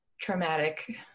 traumatic